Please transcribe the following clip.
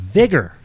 vigor